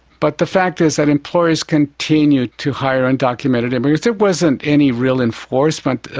but the fact is that employers continued to hire undocumented immigrants. there wasn't any real enforcement.